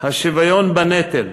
השוויון בנטל,